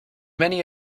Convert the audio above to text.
many